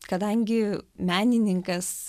kadangi menininkas